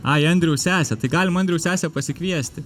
ai andriaus sesė tai galim andriaus sesę pasikviesti